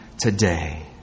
today